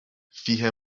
فیه